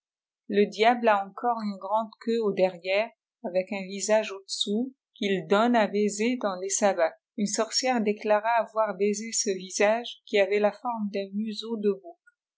le diable a encore une grande queue au derrière avec un visage au-dessous qu'il dontiié à baiser dans leâ sabbats une sorcière déclara avoir baisé ce visage qui avait la forme d'un museau de